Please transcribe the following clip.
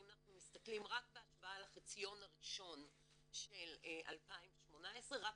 זה לא מסגרת מבדלת ומדור שיא היה